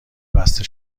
بسته